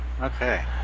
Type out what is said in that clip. Okay